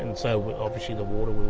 and so obviously the water will